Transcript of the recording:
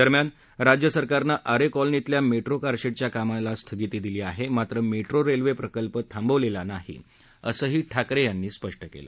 दरम्यान राज्य सरकारनं आरे कॉलनीतल्या मेट्रो कारशेडच्या कामाला स्थगिती दिली आहे मात्र मेट्रो रेल्वे प्रकल्प थांबवलेला नाही असंही ठाकरे यांनी स्पष्ट केलं